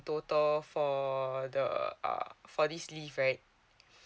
total for the uh for this leave right